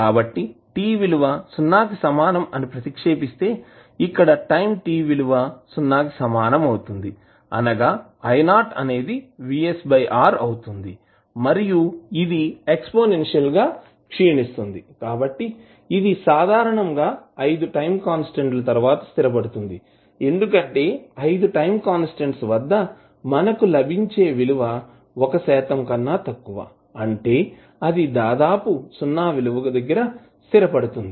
కాబట్టి t విలువ 0 కి సమానం అని ప్రతిక్షేపిస్తే ఇక్కడ టైం t విలువ 0 కిసమానం అవుతుంది అనగా I0 అనేది VsR అవుతుంది మరియు ఇది ఎక్సపోనేన్సియల్ గా క్షీణిస్తుంది కాబట్టి ఇది సాధారణంగా 5 టైం కాన్స్టాంట్స్ తర్వాత స్థిరపడుతుంది ఎందుకంటే 5 టైం కాన్స్టాంట్స్ వద్ద మనకు లభించే విలువ 1 శాతం కన్నా తక్కువ అంటే అది దాదాపు 0 విలువకు స్థిరపడుతుంది